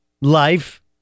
life